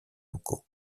locaux